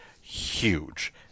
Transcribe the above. huge